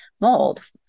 mold